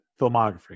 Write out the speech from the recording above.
filmography